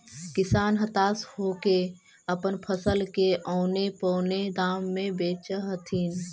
किसान हताश होके अपन फसल के औने पोने दाम में बेचऽ हथिन